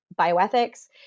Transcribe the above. bioethics